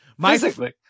Physically